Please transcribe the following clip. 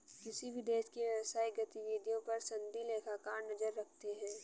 किसी भी देश की व्यवसायिक गतिविधियों पर सनदी लेखाकार नजर रखते हैं